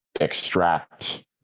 extract